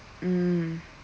mm